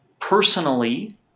personally